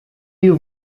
you